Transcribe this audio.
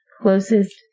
closest